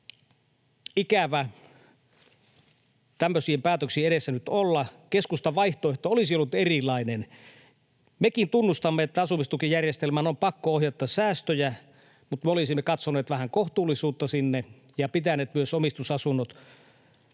minusta ikävä tämmöisten päätöksien edessä nyt olla. Keskustan vaihtoehto olisi ollut erilainen. Mekin tunnustamme, että asumistukijärjestelmään on pakko ohjata säästöjä, mutta me olisimme katsoneet vähän kohtuullisuutta sinne ja pitäneet myös omistusasunnot